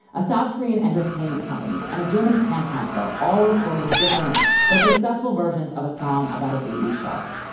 a south korean entertainment company, and a german camp counselor all recorded different but successful versions of a song about a baby shark?